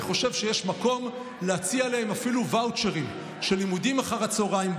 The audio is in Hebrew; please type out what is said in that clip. אני חושב שיש מקום להציע להם אפילו ואוצ'רים של לימודים אחר הצוהריים,